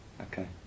Okay